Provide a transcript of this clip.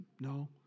no